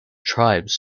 tribes